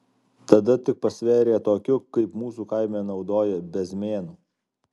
tada tik pasvėrė tokiu kaip mūsų kaime naudoja bezmėnu